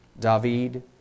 David